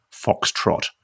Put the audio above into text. Foxtrot